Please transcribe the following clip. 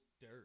dirt